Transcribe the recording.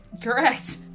Correct